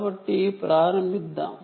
కాబట్టి ప్రారంభిద్దాం